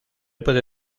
puede